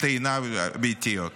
טעינה ביתיות.